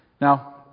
Now